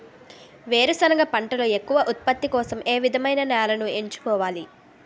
వేరుసెనగ పంటలో ఎక్కువ ఉత్పత్తి కోసం ఏ విధమైన నేలను ఎంచుకోవాలి?